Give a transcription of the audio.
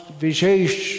vishesh